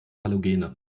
halogene